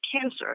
cancer